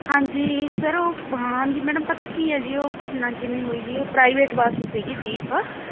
ਹਾਂਜੀ ਸਰ ਉਹ ਹਾਂ ਜੀ ਮੈਨੂੰ ਪਤਾ ਕੀ ਹੈ ਜੀ ਉਹ ਘਟਨਾ ਕਿਵੇਂ ਹੋਈ ਜੀ ਉਹ ਪ੍ਰਾਈਵੇਟ ਬੱਸ ਸੀਗੀ ਦੀਪ